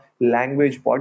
language